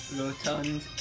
rotund